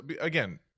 Again